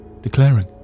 declaring